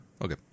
Okay